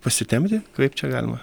pasitempti kaip čia galima